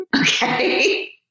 Okay